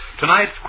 Tonight's